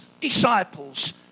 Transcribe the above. disciples